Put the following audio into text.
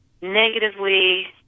negatively